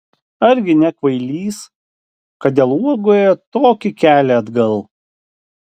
argi ne kvailys kad dėl uogų ėjo tokį kelią atgal